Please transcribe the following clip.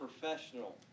professional